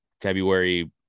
february